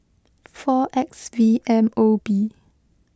four X V M O B